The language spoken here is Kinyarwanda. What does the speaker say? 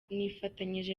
nifatanyije